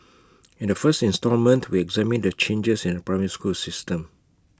in the first instalment we examine the changes in the primary school system